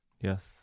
yes